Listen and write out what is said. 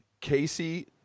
Casey